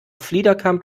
fliederkamp